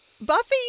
Buffy